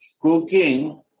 Cooking